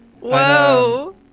Whoa